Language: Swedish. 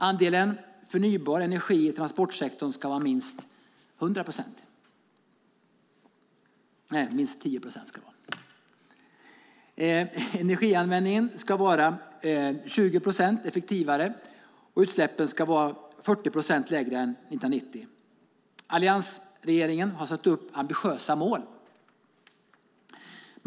Andelen förnybar energi i transportsektorn ska vara minst 10 procent, energianvändningen ska vara 20 procent effektivare och utsläppen ska vara 40 procent lägre än 1990. Alliansregeringen har satt upp ambitiösa mål.